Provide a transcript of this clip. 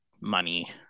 money